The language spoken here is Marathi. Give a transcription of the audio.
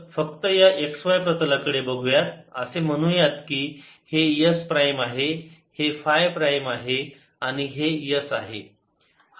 तर फक्त या x y प्रतला कडे बघूया असे म्हणू या की हे s प्राईम आहे हे फाय प्राइम आहे आणि हे s आहे